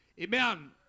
Amen